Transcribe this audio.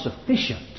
sufficient